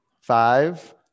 Five